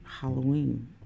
Halloween